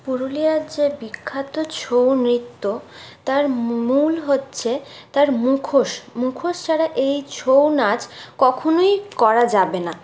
পুরুলিয়ার যে বিখ্যাত ছৌ নৃত্য তার মূল হচ্ছে তার মুখোশ মুখোশ ছাড়া এই ছৌ নাচ কখনোই করা যাবে না